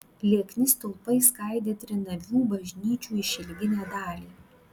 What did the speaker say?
liekni stulpai skaidė trinavių bažnyčių išilginę dalį